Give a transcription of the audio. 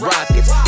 Rockets